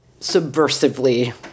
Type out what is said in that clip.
subversively